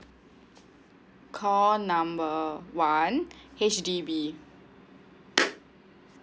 call number one H_D_B